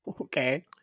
Okay